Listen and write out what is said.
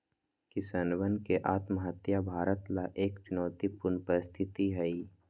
किसानवन के आत्महत्या भारत ला एक चुनौतीपूर्ण परिस्थिति हई